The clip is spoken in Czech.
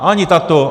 Ani tato.